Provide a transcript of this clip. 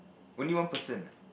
only one person ah